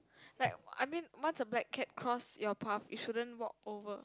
like I mean once a black cat cross your path you shouldn't walk over